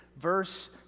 verse